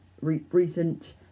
recent